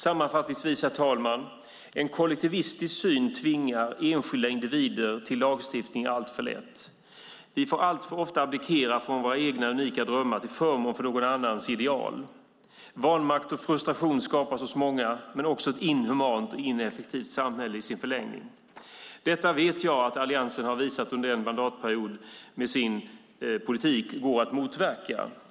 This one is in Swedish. Sammanfattningsvis, herr talman, en kollektivistisk syn tvingar alltför lätt enskilda individer till lagstiftning. Vi får alltför ofta abdikera från våra egna unika drömmar till förmån för någon annans ideal. Vanmakt och frustration skapas hos många men också i förlängningen ett inhumant och ineffektivt samhälle. Alliansen har under en mandatperiod med sin politik visat att detta går att motverka.